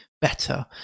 better